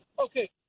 Okay